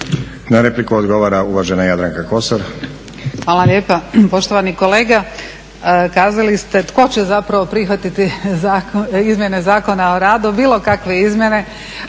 Na repliku odgovara uvažena Jadranka Kosor. **Kosor, Jadranka (Nezavisni)** Hvala lijepa. Poštovani kolega, kazali ste tko će zapravo prihvatiti izmjene Zakona o radu, bilo kakve izmjene.